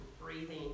breathing